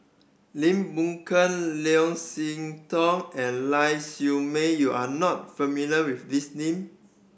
Lim Boon Keng Leo See Tong and Lau Siew Mei you are not familiar with these name